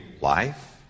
life